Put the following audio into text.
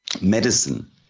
medicine